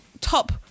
top